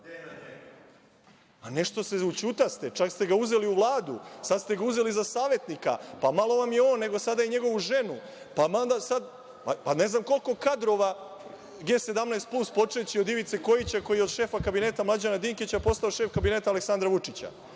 Nešto se ućutaste. Čak ste ga uzeli u Vladu. Sada ste ga uzeli za savetnika. Pa malo vam je on, nego sada i njegovu ženu, ne znam koliko kadrova G-17+ počev od Ivice Kojića, koji od šefa kabineta Mlađana Dinkića postao šef kabineta Aleksandra Vučića. Koji